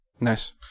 Nice